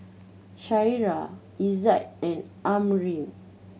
Syirah Izzat and Ammir